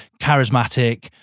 charismatic